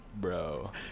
bro